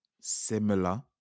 similar